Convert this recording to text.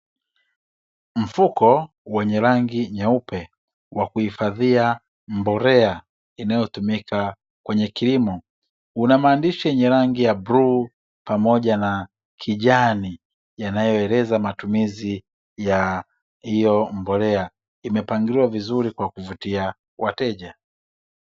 Mfuko wa rangi nyeupe wa kuhifadhia mbolea inayotumika kwenye kilimo, una maandishi yenye rangi ya bluu pamoja na kijani yanayoeleza matumizi ya hiyo mbolea, imepangiliwa vizuri kwa kuvutia wateja.